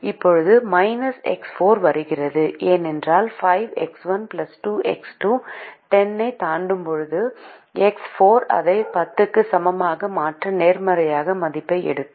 இப்போது X4 வருகிறது ஏனெனில் 5X1 2X2 10 ஐ தாண்டும்போது எக்ஸ் 4 அதை 10 க்கு சமமாக மாற்ற நேர்மறையான மதிப்பை எடுக்கும்